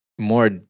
more